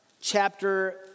chapter